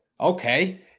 Okay